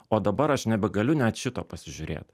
o dabar aš nebegaliu net šito pasižiūrėt